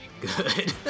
good